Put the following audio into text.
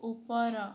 ଉପର